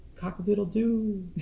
cock-a-doodle-doo